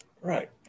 right